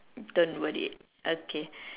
don't worry okay